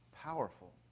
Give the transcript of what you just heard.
powerful